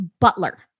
butler